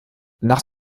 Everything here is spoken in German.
nach